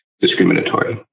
discriminatory